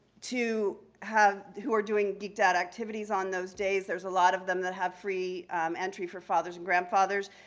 to have who are doing geek dad activities on those days. there's a lot of them that have free entry for fathers and grandfathers.